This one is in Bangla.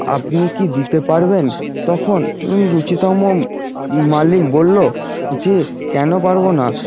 আপনি কি দিতে পারবেন তখন রুচিতম মালিক বললো যে কেনো পারবো না